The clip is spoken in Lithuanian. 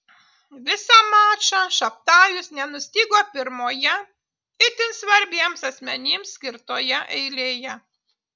visą mačą šabtajus nenustygo pirmoje itin svarbiems asmenims skirtoje eilėje